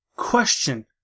question